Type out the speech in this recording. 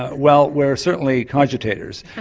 ah well we're certainly cogitators.